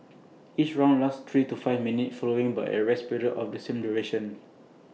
each round lasts three to five minutes following by A rest period of the same duration